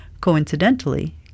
Coincidentally